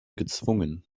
gezwungen